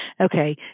Okay